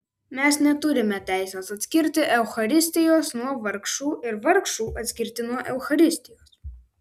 mes neturime teisės atskirti eucharistijos nuo vargšų ir vargšų atskirti nuo eucharistijos